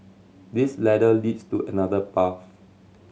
this ladder leads to another path